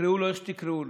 תקראו לו איך שתקראו לו,